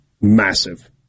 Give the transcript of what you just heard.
massive